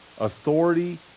authority